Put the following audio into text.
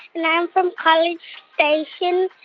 and i'm from college station,